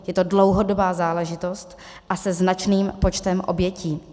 Je to dlouhodobá záležitost a se značným počtem obětí.